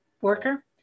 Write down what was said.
worker